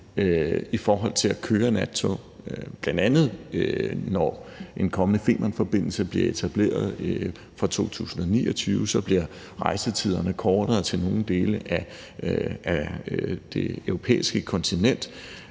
i forhold til at køre nattog. Bl.a. betyder det, at når en kommende Femernforbindelse bliver etableret fra 2029, bliver rejsetiderne kortere til nogle dele af det europæiske kontinent.